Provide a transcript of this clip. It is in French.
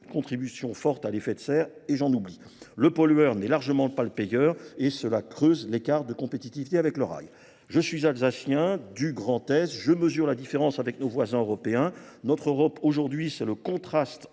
contribution forte à l'effet de serre et j'en oublie. Le pollueur n'est largement pas le payeur et cela creuse l'écart de compétitivité avec le rail. Je suis alsacien, du Grand-Est, je mesure la différence avec nos voisins européens. Notre Europe aujourd'hui, c'est le contraste